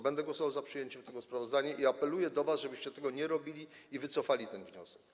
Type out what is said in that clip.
Będę głosował za przyjęciem tego sprawozdania i apeluję do was, żebyście tego nie robili i wycofali ten wniosek.